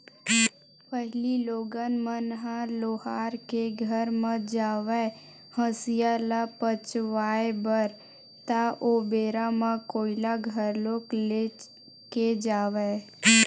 पहिली लोगन मन ह लोहार के घर म जावय हँसिया ल पचवाए बर ता ओ बेरा म कोइला घलोक ले के जावय